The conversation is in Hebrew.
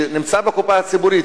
שנמצא בקופה הציבורית,